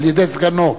על-ידי סגנו,